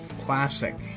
classic